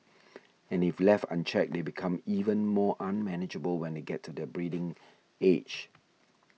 and if left unchecked they become even more unmanageable when they get to their breeding age